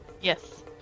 Yes